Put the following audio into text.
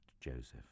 Joseph